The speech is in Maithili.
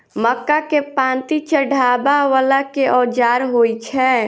मक्का केँ पांति चढ़ाबा वला केँ औजार होइ छैय?